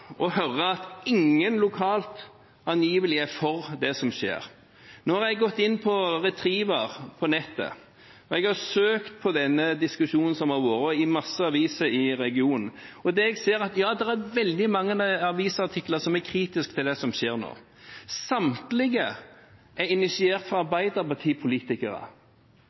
å høre at ingen lokalt angivelig er for det som skjer. Nå har jeg gått inn på Retriever på nettet, og jeg har søkt på den diskusjonen som har vært i mange aviser i regionen. Det jeg ser, er at det er veldig mange avisartikler som er kritiske til det som skjer nå. Samtlige er initiert av arbeiderpartipolitikere.